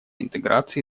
интеграции